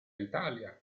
italia